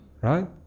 Right